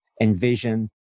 envision